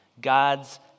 God's